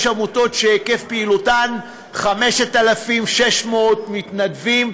יש עמותות שהיקף פעילותן 5,600 מתנדבים.